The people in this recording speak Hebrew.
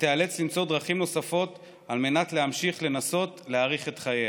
ותיאלץ למצוא דרכים נוספות על מנת להמשיך לנסות להאריך את חייה,